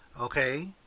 okay